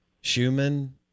Schumann